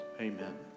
Amen